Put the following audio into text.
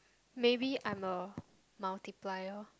maybe I'm a multiplier